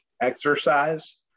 exercise